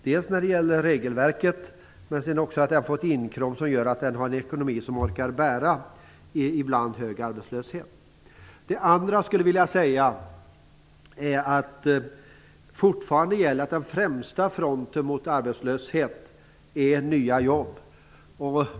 Det gäller både regelverket och försäkringens ekonomiska inkråm, som skall orka bära en ibland hög arbetslöshet. Det andra som jag skulle vilja säga är att den främsta fronten mot arbetslöshet fortfarande är nya jobb.